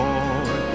Lord